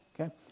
Okay